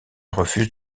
refusent